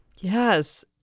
Yes